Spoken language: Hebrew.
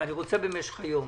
אני מבקש שבמשך היום